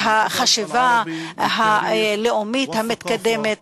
את החשיבה הלאומית המתקדמת,